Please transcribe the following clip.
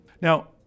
Now